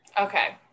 Okay